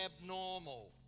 abnormal